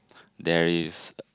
there is